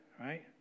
right